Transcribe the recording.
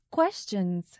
questions